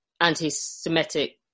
anti-Semitic